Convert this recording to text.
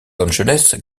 angeles